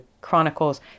chronicles